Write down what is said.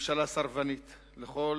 סרבנית לכל